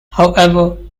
however